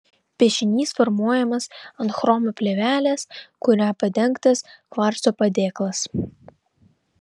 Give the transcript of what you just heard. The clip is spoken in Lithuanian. piešinys formuojamas ant chromo plėvelės kuria padengtas kvarco padėklas